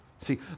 See